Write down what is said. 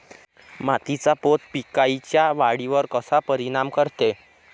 मातीचा पोत पिकाईच्या वाढीवर कसा परिनाम करते?